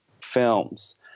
films